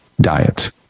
diet